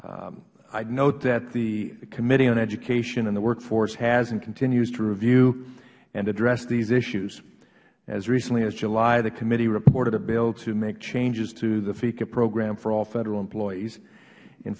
note that the committee on education and the workforce has and continues to review and address these issues as recently as july the committee reported a bill to make changes to the feca program for all federal employees in